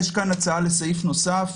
יש פה הצעה לסעיף נוסף,